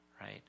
right